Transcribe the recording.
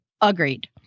Agreed